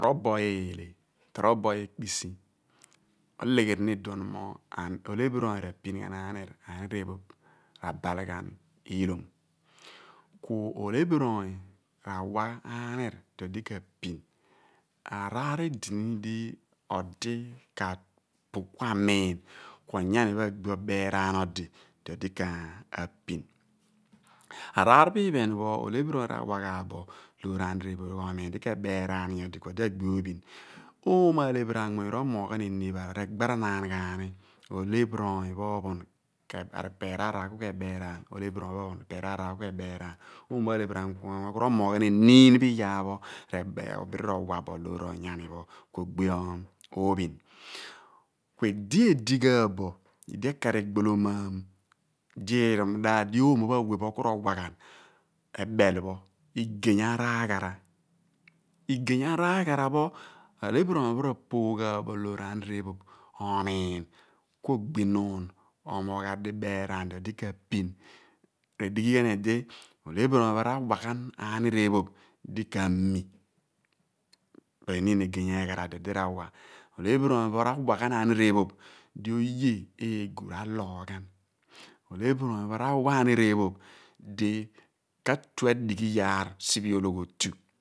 Torobo eele, torobo ekpisi olegheri ni iduon mo ole phiri oony r'apin ghan anir ku anir ephoph r'aal ghan ihlom ku olephir onyi rawa anir di odi k'apin araar edini di odi kapogh ku amin ku onyani pho agbi ogeeraan odi odi k'apin araar pho iphen pho olephir oony r'awa ghan bo anir ephoph di ke beeraan nyosi ku agbi loor ophin oomo alephin anmuny ro/moogh ghan iniin pho araar regbatanaan ghan ni olephiri pho ophom ipeer araar ku k'ebearaan yoori ipeer araar ku k'ebeeran oomo pho alephiri anmuny ro omoogh ghan enim pho iyaar pho abidi ro wa bo loor onyani ko gbi ophin ku idi ghan bo idi ekar egbolomam di erol mudaadi oomo awe pho ku rowa ghan. Ebel pho igeny araghara igeny araghara pho olephiri oony rapogh ghan bo loor aniir ephoph omiin ku ogbin nuun ophin redighi ghan anirephoopo di kami ekpe pho eniin egeny eghara di odi ra wa olephirioony pho ra/wa anirr ephoph di oye eegu ra / logh ghan ole phirioony pho ra/wa ghan anirephoph di ka/tue adighi iyaar siphe ologhotu.